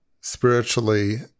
spiritually